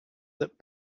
that